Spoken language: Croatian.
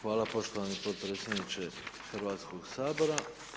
Hvala poštovani potpredsjedniče Hrvatskog sabora.